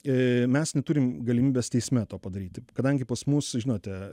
e mes neturim galimybės teisme to padaryti kadangi pas mus žinote